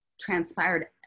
transpired